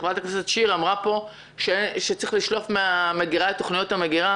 חברת הכנסת שיר סגמן אמרה פה שצריך לשלוף מן המגרה את תוכניות המגרה.